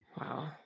Wow